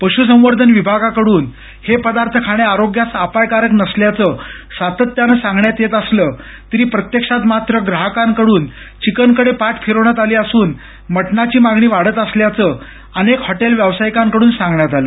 पशुसंवर्धन विभागाकडून हे पदार्थ खाणे आरोग्यास अपायकारक नसल्याचं सातत्यानं सांगण्यात येत असलं तरी प्रत्यक्षात मात्र ग्राहकांकडून चिकनकडे पाठ फिरवण्यात आली असून मटणाची मागणी वाढल्याचं अनेक हॉटेल व्यावसायिकांकडून सांगण्यात आलं